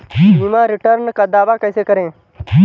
बीमा रिटर्न का दावा कैसे करें?